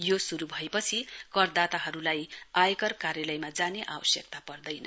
यो शुरु भएपछि करदाताहरुलाई आयकर कार्यालयमा जाने आवश्यकता पर्दैन